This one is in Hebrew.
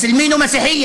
משפט סיכום,